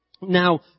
Now